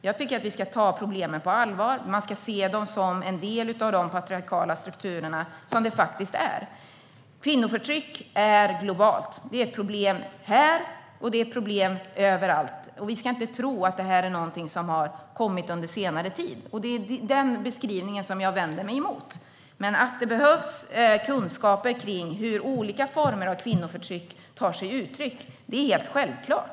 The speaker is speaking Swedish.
Jag tycker att vi ska ta problemen på allvar, men man ska se dem som en del av de patriarkala strukturerna. Kvinnoförtryck är globalt. Det finns problem här, och det finns problem överallt. Vi ska inte tro att det är något som har kommit under senare tid. Det är den beskrivningen jag vänder mig mot. Men att det behövs kunskaper om hur olika former av kvinnoförtryck tar sig uttryck är självklart.